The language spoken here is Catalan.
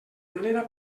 manera